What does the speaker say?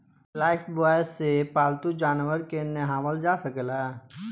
Lifebuoy से पाल्तू जानवर के नेहावल जा सकेला